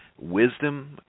wisdom